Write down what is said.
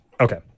Okay